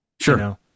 Sure